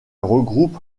regroupe